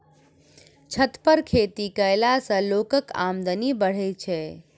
छत पर खेती कयला सॅ लोकक आमदनी बढ़ैत छै